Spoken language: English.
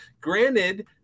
granted